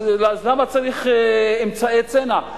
למה צריך אמצעי צנע?